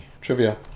trivia